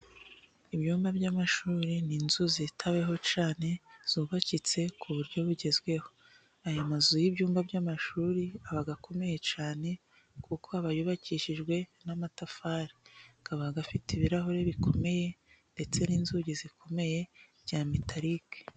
Ibyumba by'amashuri ni inzu zitaweho cane zubakitse ku buryo bugezweho, aya mazu y'ibyumba by'amashuri aba agakomeye cyane kuko aba yubakishijwe n'amatafari ,akaba afite ibirahure bikomeye ndetse n'inzugi zikomeye za metalike.